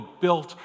built